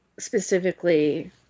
Specifically